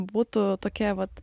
būtų tokie vat